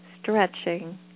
stretching